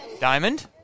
diamond